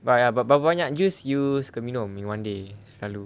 but ya berapa banyak juice you suka minum in one day selalu